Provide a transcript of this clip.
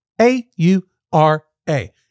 A-U-R-A